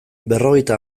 berrogeita